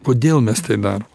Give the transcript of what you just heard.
kodėl mes tai darom